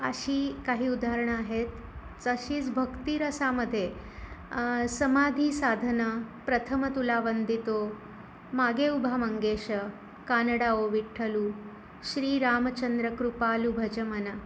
अशी काही उदाहरणं आहेत जशीच भक्तिरसामध्ये समाधी साधना प्रथम तुला वंदितो मागे उभा मंगेश कानडा ओ विठ्ठलू श्रीरामचंद्र कृपालू भजमन